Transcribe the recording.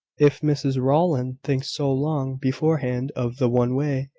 if mrs rowland thinks so long beforehand of the one way,